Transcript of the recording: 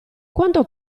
quanto